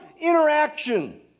interaction